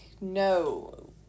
no